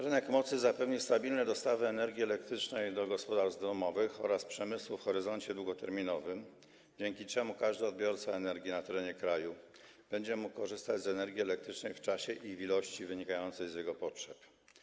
Rynek mocy zapewnia stabilne dostawy energii elektrycznej do gospodarstw domowych oraz przemysłu w horyzoncie długoterminowym, dzięki czemu każdy odbiorca energii na terenie kraju będzie mógł korzystać z energii elektrycznej w czasie i w ilości wynikającej z jego potrzeb.